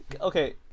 Okay